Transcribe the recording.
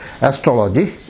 astrology